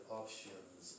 options